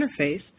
interface